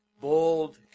bold